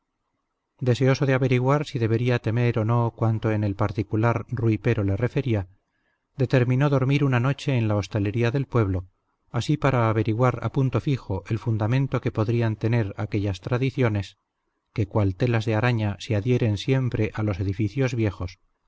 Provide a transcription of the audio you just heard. deseoso de averiguar si debería temer o no cuanto en el particular rui pero le refería determinó dormir una noche en la hostalería del pueblo así para averiguar a punto fijo el fundamento que podrían tener aquellas tradiciones que cual telas de araña se adhieren siempre a los edificios viejos